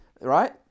right